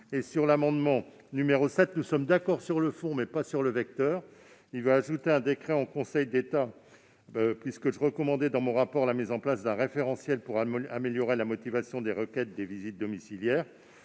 à l'amendement n° 7, nous sommes d'accord sur le fond, mais pas sur le vecteur. M. Leconte propose un décret en Conseil d'État. Je recommandais, dans mon rapport, la mise en place d'un référentiel pour améliorer la motivation des requêtes des visites domiciliaires.